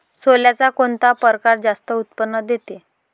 सोल्याचा कोनता परकार जास्त उत्पन्न देते?